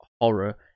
horror